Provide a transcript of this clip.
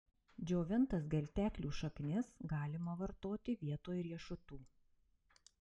džiovintas gelteklių šaknis galima vartoti vietoj riešutų